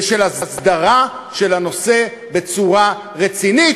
ושל הסדרה של הנושא בצורה רצינית,